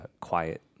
quiet